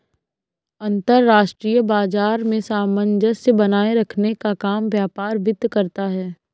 अंतर्राष्ट्रीय बाजार में सामंजस्य बनाये रखने का काम व्यापार वित्त करता है